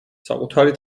საკუთარი